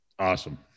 awesome